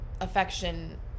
affection